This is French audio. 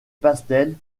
pastels